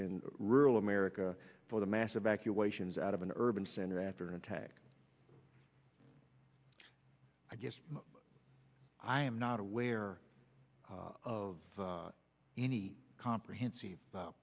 in rural america for the mass evacuations out of an urban center after an attack i guess i am not aware of any comprehensive